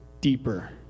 deeper